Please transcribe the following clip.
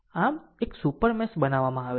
આમ એક super mash બનાવવામાં આવે છે